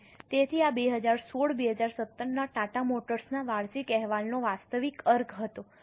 તેથી આ 2016 2017 ના ટાટા મોટર્સના વાર્ષિક અહેવાલનો વાસ્તવિક અર્ક હતો